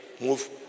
move